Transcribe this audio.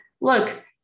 look